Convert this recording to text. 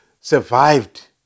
survived